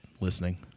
listening